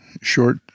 short